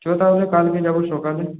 চল তাহলে কালকে যাব সকালে